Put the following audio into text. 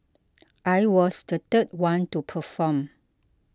I was the third one to perform